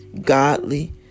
godly